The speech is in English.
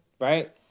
right